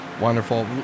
Wonderful